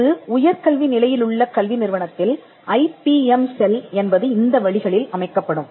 ஒரு உயர் கல்வி நிலையிலுள்ள கல்வி நிறுவனத்தில் ஐபிஎம் செல் என்பது இந்த வழிகளில் அமைக்கப்படும்